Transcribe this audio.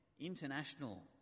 international